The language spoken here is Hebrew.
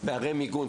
פערי המיגון,